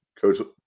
Coach